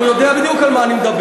והוא יודע בדיוק על מה אני מדבר.